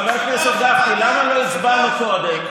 חבר הכנסת גפני, למה לא הצבענו קודם?